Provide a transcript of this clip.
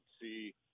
see